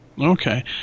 Okay